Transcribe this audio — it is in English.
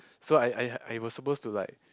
so I I I was supposed to like